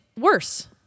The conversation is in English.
worse